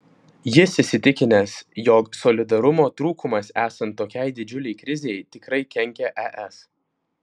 jis įsitikinęs jog solidarumo trūkumas esant tokiai didžiulei krizei tikrai kenkia es